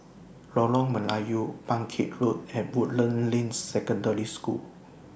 Lorong Melayu Bangkit Road and Woodlands Ring Secondary School